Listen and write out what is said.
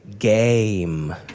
Game